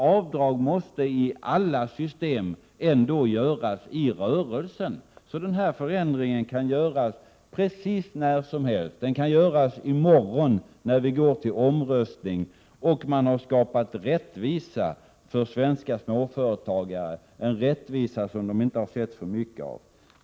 Avdrag måste nämligen i alla system göras i rörelsen. Denna förändring kan alltså göras precis när som helst. Den kan göras i morgon, när vi går till omröstning — och vi har då skapat rättvisa för svenska småföretagare, något som de inte har sett så mycket av.